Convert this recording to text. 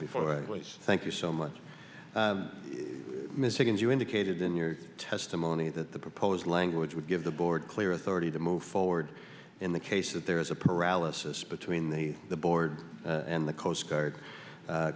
before i thank you so much missing as you indicated in your testimony that the proposed language would give the board clear authority to move forward in the case that there is a paralysis between the the board and the coast guard